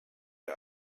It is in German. der